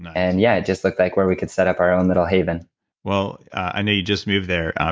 and yeah, it just looked like where we could set up our own little haven well, i know you just moved there.